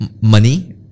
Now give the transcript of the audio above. money